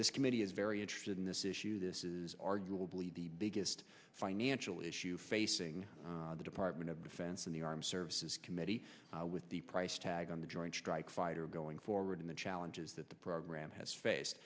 this committee is very interested in this issue this is arguably the biggest financial issue facing the department of defense in the armed services committee with the price tag on the joint strike fighter going forward and the challenges that the program has face